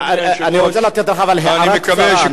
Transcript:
אבל אני רוצה לתת לך הערה קצרה.